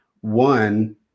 one